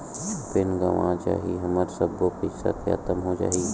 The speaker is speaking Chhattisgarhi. पैन गंवा जाही हमर पईसा सबो खतम हो जाही?